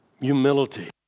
Humility